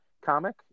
comic